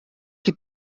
que